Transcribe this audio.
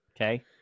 okay